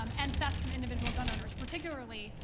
um and thefts from individual gun owners. particularly,